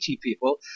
people